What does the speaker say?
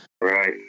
right